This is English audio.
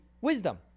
wisdom